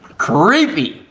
creepy!